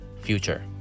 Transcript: future